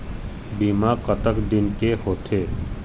बीमा कतक दिन के होते?